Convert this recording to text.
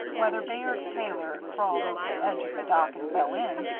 whether bayard taylor crawled over the edge of the dock and fell in,